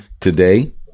today